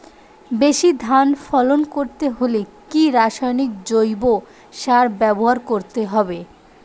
বেশি ধান ফলন করতে হলে কি রাসায়নিক জৈব সার ব্যবহার করতে হবে?